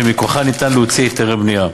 שמכוחה ניתן להוציא היתרי בנייה.